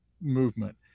movement